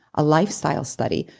a lifestyle study,